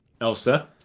Elsa